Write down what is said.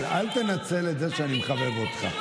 מיכאל, אל תנצל את זה שאני מחבב אותך.